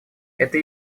это